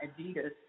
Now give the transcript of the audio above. Adidas